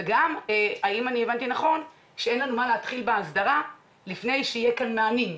אם הבנתי נכון שאין לנו מה להתחיל בהסדרה לפני שיהיו המענים?